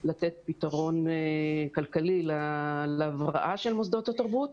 כדי לתת פתרון כלכלי להבראה של מוסדות התרבות,